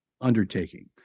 undertaking